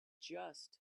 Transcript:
just